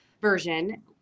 version